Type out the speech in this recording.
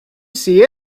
see